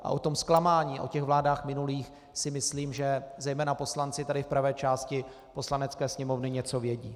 A o tom zklamání a o těch vládách minulých si myslím, že zejména poslanci v pravé části Poslanecké sněmovny něco vědí.